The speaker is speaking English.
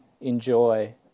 enjoy